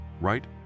right